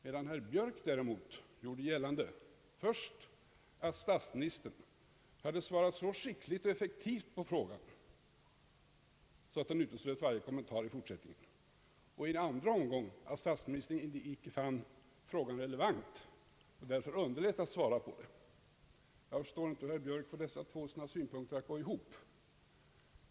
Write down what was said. Herr Björk däremot gjorde gällande, först att statsministern hade svarat så skickligt och effektivt på frågan, att det uteslöt varje kommentar i fortsättningen, och i en andra omgång att statsministern inte fann frågan relevant och därför underlät att svara på den. Jag förstår inte hur herr Björk får dessa sina två synpunkter att gå ihop.